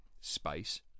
space